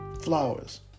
flowers